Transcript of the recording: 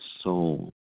soul